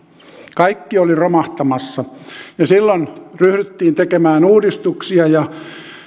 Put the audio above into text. kaikki oli romahtamassa ja silloin ryhdyttiin tekemään uudistuksia ja